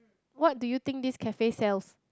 what do you think this cafe sells